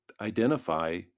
identify